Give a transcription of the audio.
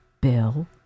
Bill